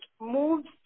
moves